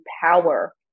power